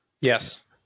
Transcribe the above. Yes